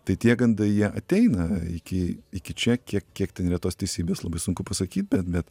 tai tie gandai jie ateina iki iki čia kiek kiek ten yra tos teisybės labai sunku pasakyt bet bet